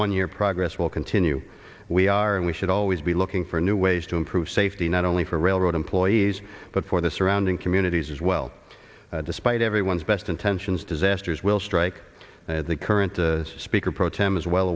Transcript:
one year progress will continue we are and we should always be looking for new ways to improve safety not only for railroad employees but for the surrounding communities as well despite everyone's best intentions disasters will strike the current speaker pro tem is well